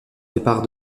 départ